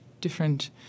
different